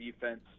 defense